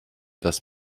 dass